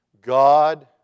God